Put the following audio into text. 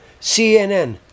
CNN